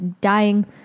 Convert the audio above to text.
dying